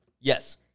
Yes